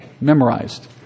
memorized